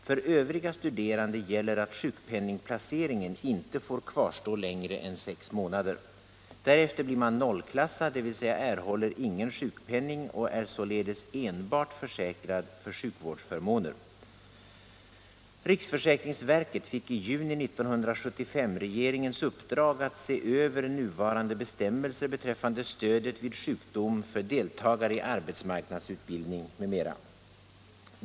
För övriga studerande gäller att sjukpenningplaceringen inte får kvarstå längre än sex månader. Därefter blir man 0-klassad och är således enbart försäkrad för sjukvårdsförmåner. Riksförsäkringsverket fick i juni 1975 regeringens uppdrag att se över nuvarande bestämmelser beträffande stödet vid sjukdom för deltagare i arbetsmarknadsutbildning m.m.